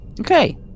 Okay